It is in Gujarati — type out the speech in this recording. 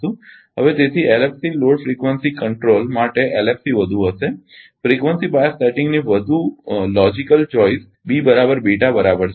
હવે તેથી એલએફસી લોડ ફ્રીકવંસી કંટ્રોલમાટે એલએફસી વધુ હશે ફ્રીકવંસી બાઅસ સેટિંગની વધુ તાર્કિક પસંદગી બરાબર છે